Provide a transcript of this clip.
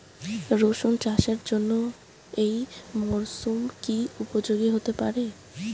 রসুন চাষের জন্য এই মরসুম কি উপযোগী হতে পারে?